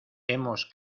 hemos